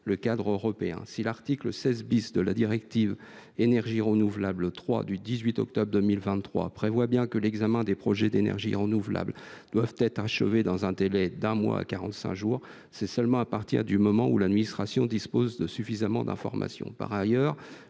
le cadre européen. Si l’article 16 de la directive RED III du 18 octobre 2023 prévoit bien que l’examen des projets d’énergies renouvelables doit être achevé dans un délai allant d’un mois à 45 jours, c’est seulement à partir du moment où l’administration dispose de suffisamment d’informations.